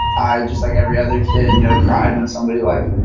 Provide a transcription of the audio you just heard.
i just like every other kid, you know, cried when somebody, like,